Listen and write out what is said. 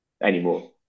anymore